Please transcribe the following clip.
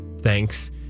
thanks